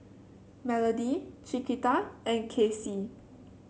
Melodie Chiquita and Kacie